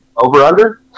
Over-under